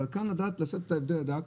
אבל כאן צריך לדעת לעשות את ההבדל הדק,